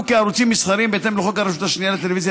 כערוצים מסחריים בהתאם לחוק הרשות השנייה לטלוויזיה